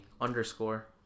Underscore